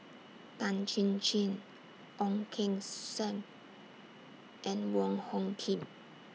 Tan Chin Chin Ong Keng Sen and Wong Hung Khim